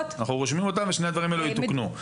אנחנו רושמים אותם ושני הדברים האלו יתוקנו,